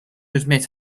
admit